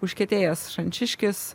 užkietėjęs šančiškis